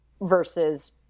versus